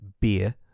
Beer